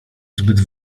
zbyt